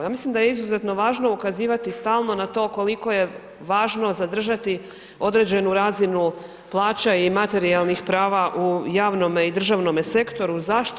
Ja mislim da je izuzetno važno ukazivati stalno na to koliko je važno zadržati određenu razinu plaća i materijalnih prava u javnome i državnome sektoru, zašto?